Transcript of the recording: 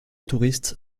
touristes